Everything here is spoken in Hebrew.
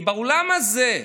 כי באולם הזה,